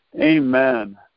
Amen